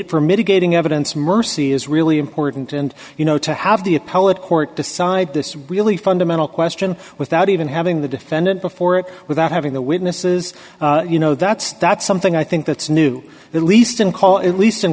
mid for mitigating evidence mercy is really important and you know to have the appellate court decide this really fundamental question without even having the defendant before it without having the witnesses you know that's that's something i think that's new at least and call it least in